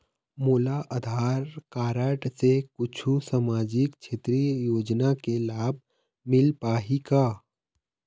मोला आधार कारड से कुछू सामाजिक क्षेत्रीय योजना के लाभ मिल पाही का?